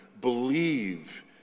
believe